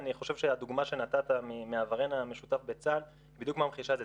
אני חושב שהדוגמא שנתת מעברנו המשותף בצה"ל היא בדיוק ממחישה את זה.